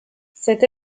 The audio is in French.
cette